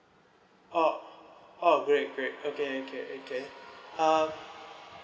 oh oh great great okay okay okay um